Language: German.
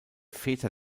väter